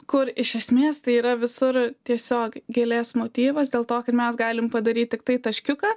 kur iš esmės tai yra visur tiesiog gėlės motyvas dėl to kad mes galim padaryt tiktai taškiuką